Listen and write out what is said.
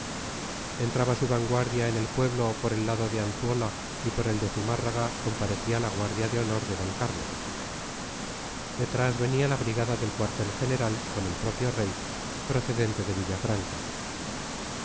entraba su vanguardia en el pueblo por el lado de anzuola y por el de zumárraga comparecía la guardia de honor de d carlos detrás venía la brigada del cuartel real con el propio rey procedente de